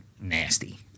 nasty